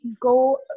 go